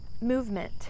movement